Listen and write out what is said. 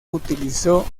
utilizó